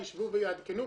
ישבו ויעדכנו.